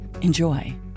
Enjoy